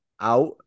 out